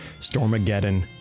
Stormageddon